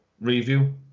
Review